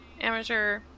amateur